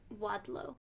Wadlow